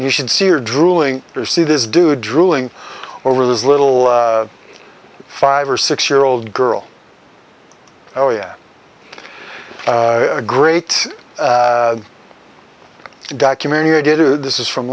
and you should see your drooling or see this dude drooling over this little five or six year old girl oh yeah a great documentary i did this is from